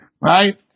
Right